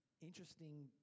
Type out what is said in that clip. interesting